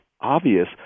obvious